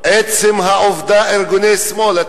לא ארגוני שמאל.